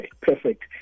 perfect